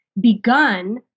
begun